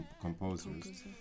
composers